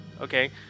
okay